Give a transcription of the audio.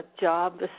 job